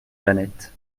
jeannette